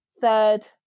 Third